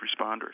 responders